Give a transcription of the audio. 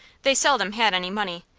they seldom had any money,